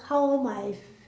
how my f~